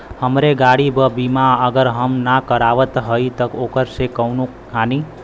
हमरे गाड़ी क बीमा अगर हम ना करावत हई त ओकर से कवनों हानि?